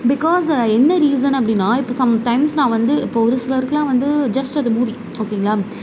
because என்ன reason அப்படினா இப்போ சம் டைம்ஸ் நான் வந்து இப்போ ஒரு சிலருக்கெலாம் வந்து ஜஸ்ட்டு அது மூவி ஓகேங்களா